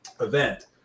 event